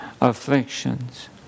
afflictions